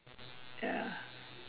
ya